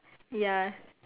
ya